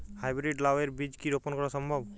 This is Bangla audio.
হাই ব্রীড লাও এর বীজ কি রোপন করা সম্ভব?